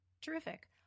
terrific